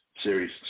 series